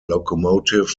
locomotive